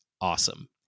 awesome